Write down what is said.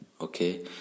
okay